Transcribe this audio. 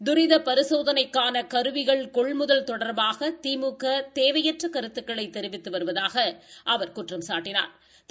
துரித பரிசோதனைக்கான கருவிகள் கொள்முதல் தொடா்பாக திமுக தேவையற்ற கருத்துக்களை தெரிவித்து வருவதாக குற்றம்சாட்டினாா்